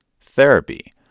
therapy